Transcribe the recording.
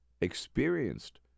experienced